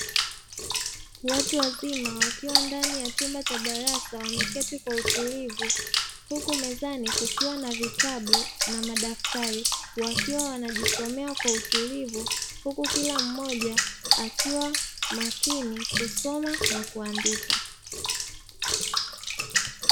Watu wazima wakiwa ndani ya chumba cha darasa wameketi kwa utulivu, huku mezani kukiwa na vitabu na madaftari. Wakiwa wanajisomea kwa utulivu, huku kila mmoja akiwa makini kusoma na kuandika.